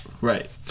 right